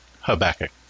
Habakkuk